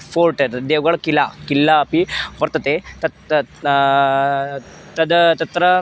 fort अद् देवगडकिला किल्ला अपि वर्तते तत्तत् तद् तत्र